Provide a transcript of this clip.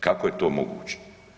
Kako je to moguće?